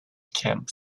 camp